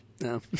No